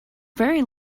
very